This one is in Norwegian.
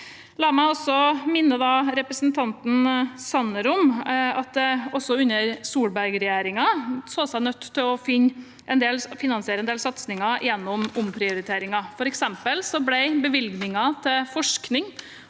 La meg også minne representanten Sanner om at en også under Solberg-regjeringen så seg nødt til å finansiere en del satsinger gjennom omprioriteringer. For eksempel ble bevilgningen til forskning